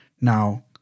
Now